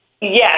Yes